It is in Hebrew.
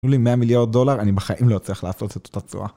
תנו לי 100 מיליארד דולר, אני בחיים לא צריך לעשות את אותה תשואה.